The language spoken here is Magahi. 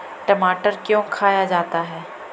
टमाटर क्यों खाया जाता है?